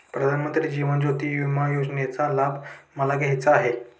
प्रधानमंत्री जीवन ज्योती विमा योजनेचा लाभ मला घ्यायचा आहे